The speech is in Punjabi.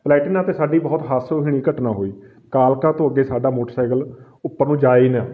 ਪਲੈਟੀਨਾ 'ਤੇ ਸਾਡੀ ਬਹੁਤ ਹਾਸੋ ਹੀਣੀ ਘਟਨਾ ਹੋਈ ਕਾਲਕਾ ਤੋਂ ਅੱਗੇ ਸਾਡਾ ਮੋਟਰਸਾਈਕਲ ਉੱਪਰ ਨੂੰ ਜਾਏ ਹੀ ਨਾ